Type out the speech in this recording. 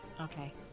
Okay